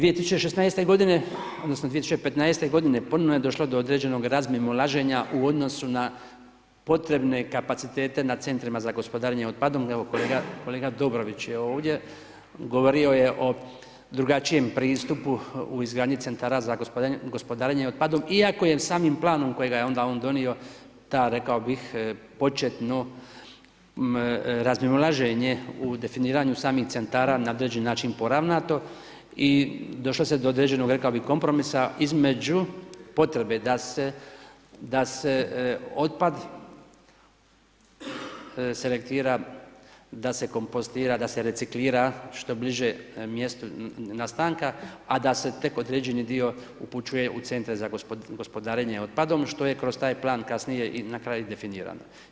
2016.g. odnosno 2015.g. ponovo je došlo do određenog razmimoilaženja u odnosu na potrebne kapacitete nad Centrima za gospodarenje otpadom, evo kolega Dobrović je ovdje, govorio je o drugačijem pristupu u izgradnji centara za gospodarenje otpadom iako je samim planom kojega je onda on donio, ta rekao bih početno razmimoilaženje u definiranju samih centara na određeni način poravnato i došlo se do određenog, rekao bih, kompromisa između potrebe da se otpad selektira, da se kompostira, da se reciklira, što bliže mjestu nastanka, a da se tek određeni dio upućuje u Centar za gospodarenje otpadom, što je kroz taj plan kasnije i na kraju definirano.